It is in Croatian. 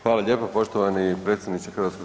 Hvala lijepo poštovani predsjedniče HS.